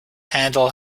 handle